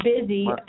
busy